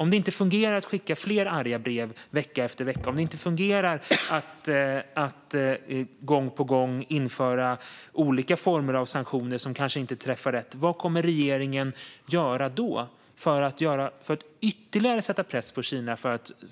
Om det inte fungerar att skicka fler arga brev vecka efter vecka, om det inte fungerar att gång på gång införa olika former av sanktioner som kanske inte träffar rätt, vad kommer regeringen att göra då för att ytterligare sätta press på Kina